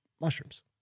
mushrooms